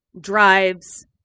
drives